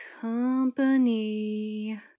Company